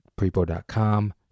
Prepo.com